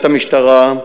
המשטרה,